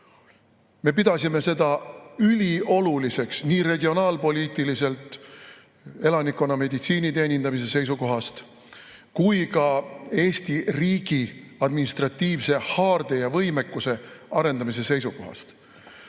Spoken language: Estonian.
Me pidasime seda ülioluliseks nii regionaalpoliitiliselt elanikkonna meditsiiniteenindamise seisukohast kui ka Eesti riigi administratiivse haarde ja võimekuse arendamise seisukohast.